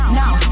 now